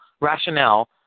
rationale